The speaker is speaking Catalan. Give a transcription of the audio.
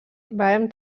vàrem